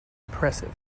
oppressive